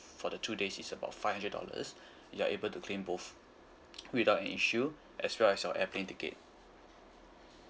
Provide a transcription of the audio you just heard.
for the two days is about five hundred dollars you are able to claim both without an issue as well as your airplane ticket